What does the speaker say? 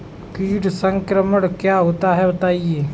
कीट संक्रमण क्या होता है बताएँ?